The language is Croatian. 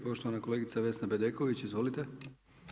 Poštovana kolegica Vesna Bedeković, izvolite.